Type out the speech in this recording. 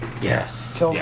Yes